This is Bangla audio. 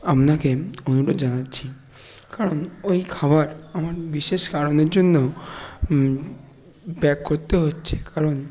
আপনাকে অনুরোধ জানাচ্ছি কারণ ওই খাবার আমার বিশেষ কারণের জন্য ব্যাক করতে হচ্ছে কারণ